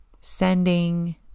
sending